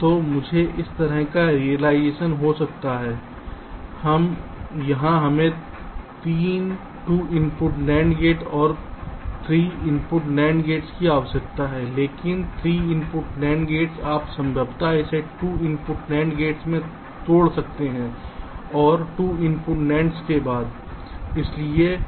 तो मुझे इस तरह का रिलाइजेशन हो सकता है यहां हमें तीन 2 इनपुट NAND गेट और एक 3 इनपुट NAND गेट्स की आवश्यकता है लेकिन यह 3 इनपुट NAND गेट्स आप संभवतः इसे 2 इनपुट AND में तोड़ सकते हैं और 2 इनपुट NAND के बाद